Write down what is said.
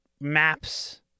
maps